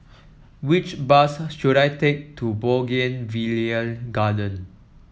which bus should I take to Bougainvillea Garden